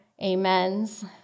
amens